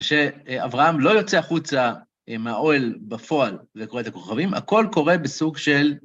שאברהם לא יוצא החוצה מהאוהל בפועל וקורא את הכוכבים, הכל קורה בסוג של...